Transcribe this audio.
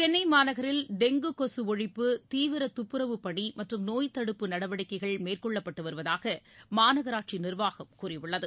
சென்னை மாநகரில் டெங்கு கொசு ஒழிப்பு தீவிர துப்புரவு பணி மற்றும் நோய் தடுப்பு நடவடிக்கைகள் மேற்கொள்ளப்பட்டு வருவதாக மாநகராட்சி நிர்வாகம் கூறியுள்ளது